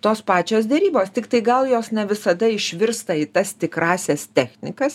tos pačios derybos tiktai gal jos ne visada išvirsta į tas tikrąsias technikas